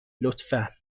لطفا